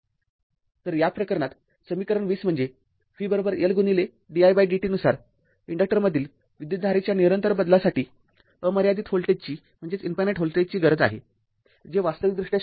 तर या प्रकरणात समीकरण २० म्हणजे v L didt नुसार इन्डक्टरमधील विद्युतधारेच्या निरंतर बदलासाठी अमर्यादित व्होल्टेजची गरज आहे जे वास्तविकदृष्ट्या शक्य नाही